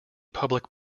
public